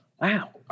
Wow